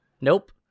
Nope